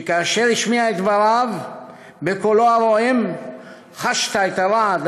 שכאשר השמיע את דבריו בקולו הרועם חשת את הרעד